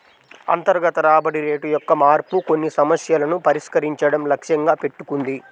అంతర్గత రాబడి రేటు యొక్క మార్పు కొన్ని సమస్యలను పరిష్కరించడం లక్ష్యంగా పెట్టుకుంది